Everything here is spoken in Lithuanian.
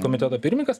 komiteto pirmininkas